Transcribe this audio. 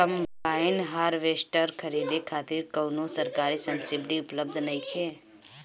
Combine harvester खरीदे खातिर कउनो सरकारी सब्सीडी उपलब्ध नइखे?